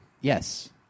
Yes